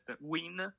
win